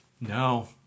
No